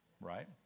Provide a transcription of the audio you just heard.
right